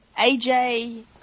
AJ